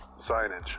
signage